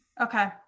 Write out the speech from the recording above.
Okay